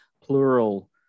plural